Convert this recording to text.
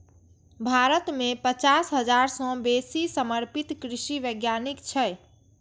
भारत मे पचास हजार सं बेसी समर्पित कृषि वैज्ञानिक छै